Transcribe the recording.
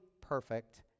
perfect